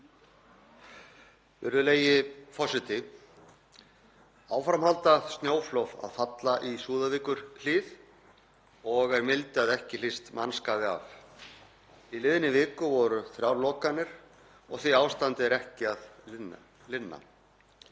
Virðulegi forseti. Áfram halda snjóflóð að falla í Súðavíkurhlíð og er mildi að ekki hlýst mannskaði af. Í liðinni viku voru þrjár lokanir og því ástandi er ekki að linna.